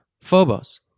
Phobos